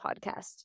podcast